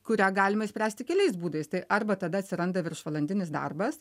kurią galima išspręsti keliais būdais tai arba tada atsiranda viršvalandinis darbas